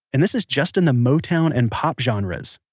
and this is just in the motown and pop genres.